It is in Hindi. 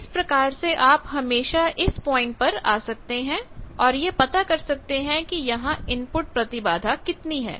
इस प्रकार से आप हमेशा इस पॉइंट पर आ सकते हैं और यह पता कर सकते हैं कि यहां इनपुट प्रतिबाधा कितनी है